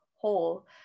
whole